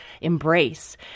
embrace